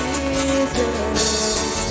Jesus